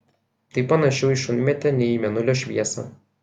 tai panašiau į šunmėtę nei į mėnulio šviesą